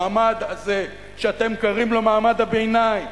המעמד הזה, שאתם קוראים לו מעמד הביניים,